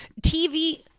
TV